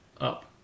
Up